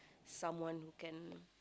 someone can